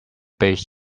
based